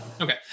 okay